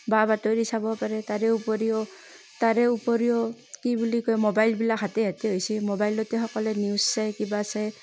বা বাতৰি চাব পাৰে তাৰে উপৰিও তাৰে উপৰিও কি বুলি কয় ম'বাইলবিলাক হাতে হাতে হৈছে ম'বাইলতে সকলোৱে নিউজ চাই কিবা চাই